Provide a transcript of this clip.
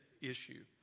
issue